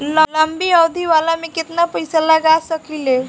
लंबी अवधि वाला में केतना पइसा लगा सकिले?